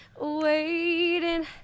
waiting